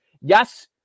yes